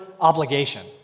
obligation